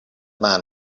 man